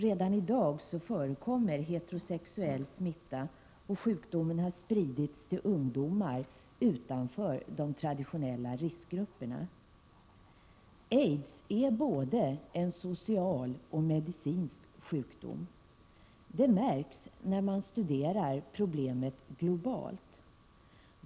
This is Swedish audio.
Redan i dag förekommer heterosexuell smitta, och sjukdomen har spridits till ungdomar utanför de traditionella riskgrupperna. Aids är både en social och en medicinsk sjukdom. Det märks när man studerar problemet globalt.